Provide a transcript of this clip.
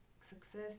success